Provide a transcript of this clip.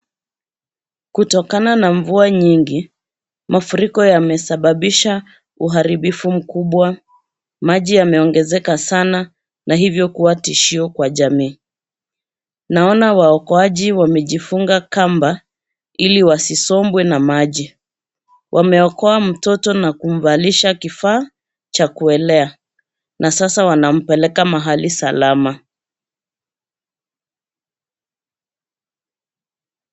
Kutokana na mvua nyingi, mafuriko yamesababisha uharibifu mkubwa. Maji yameongezeka sana na hivyo kuwa tishio kwa jamii. Naona waokoaji wamejifunga kamba ili wasisombwe na maji, wameokoa mtoto na kumvalisha kifaa cha kuelea na sasa wanampeleka mahali salama.